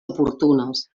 oportunes